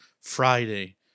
Friday